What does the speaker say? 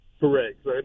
Correct